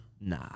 Nah